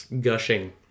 gushing